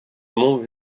mont